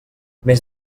més